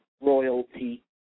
Royalty